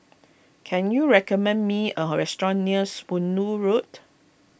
can you recommend me a restaurant near Spooner Road